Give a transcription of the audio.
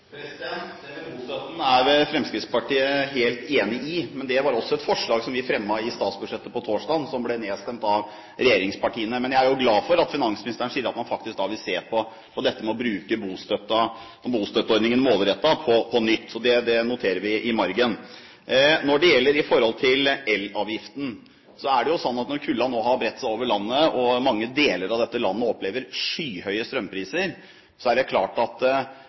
Fremskrittspartiet helt enig i, men det var også et forslag som vi fremmet under behandlingen av statsbudsjettet på torsdag, og som ble nedstemt av regjeringspartiene. Men jeg er glad for at finansministeren sier at man faktisk vil se på dette med å bruke bostøtteordningen målrettet på nytt. Det noterer vi i margen. Når det gjelder elavgiften, er det klart at når kulden nå har bredt seg over landet og mange deler av dette landet opplever skyhøye strømpriser, vil det